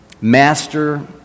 Master